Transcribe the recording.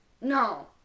No